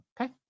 okay